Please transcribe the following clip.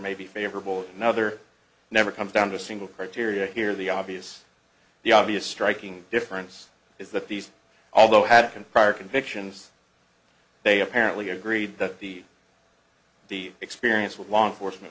may be favorable another never comes down to a single criteria here the obvious the obvious striking difference is that these although had been prior convictions they apparently agreed that the the experience with law enforcement